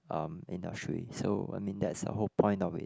um industry so I mean that's the whole point of it